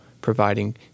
providing